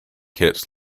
kits